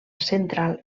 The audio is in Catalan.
central